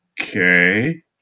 Okay